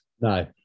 No